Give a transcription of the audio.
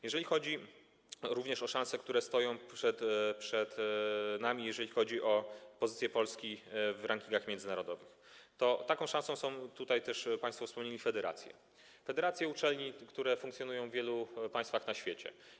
Jeżeli chodzi również o szanse, które stoją przed nami, o pozycję Polski w rankingach międzynarodowych, to taką szansą są, tutaj też państwo wspomnieli, federacje, federacje uczelni, które funkcjonują w wielu państwach na świecie.